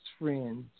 friends